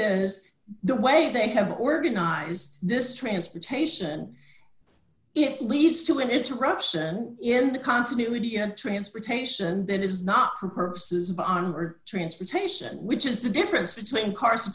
is the way they have organized this transportation it leads to an interruption in the continuity and transportation that is not for purposes of onboard transportation which is the difference between cars